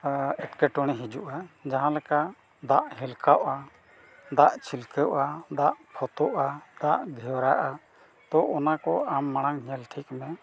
ᱮᱸᱴᱠᱮᱴᱚᱬᱮ ᱦᱤᱡᱩᱜᱼᱟ ᱡᱟᱦᱟᱸᱞᱮᱠᱟ ᱫᱟᱜ ᱦᱮᱞᱠᱟᱜᱼᱟ ᱫᱟᱜ ᱪᱷᱤᱞᱠᱟᱹᱜᱼᱟ ᱫᱟᱜ ᱯᱷᱚᱛᱚᱜᱼᱟ ᱫᱟᱜ ᱰᱷᱮᱣᱨᱟᱜᱼᱟ ᱛᱚ ᱚᱱᱟ ᱠᱚ ᱟᱢ ᱢᱟᱲᱟᱝ ᱧᱮᱞ ᱴᱷᱤᱠ ᱢᱮ